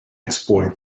exploit